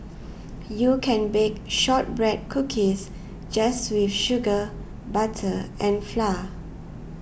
you can bake Shortbread Cookies just with sugar butter and flour